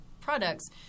products